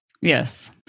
Yes